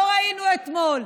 לא ראינו אתמול.